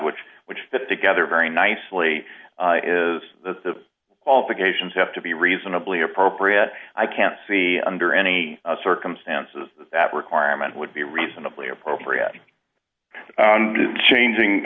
which which fits together very nicely is that the qualifications have to be reasonably appropriate i can't see under any circumstances that that requirement would be reasonably appropriate to changing